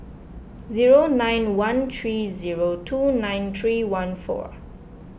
zero nine one three zero two nine three one four